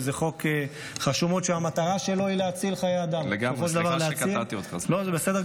עכשיו אני הבנתי את סוד הנאמנות הזאת.